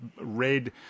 red